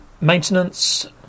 maintenance